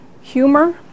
humor